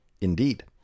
Indeed